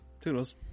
toodles